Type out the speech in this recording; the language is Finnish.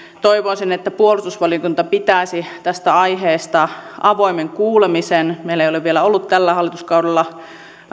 toivoisin että puolustusvaliokunta pitäisi tästä aiheesta avoimen kuulemisen meillä ei ole vielä ollut tällä hallituskaudella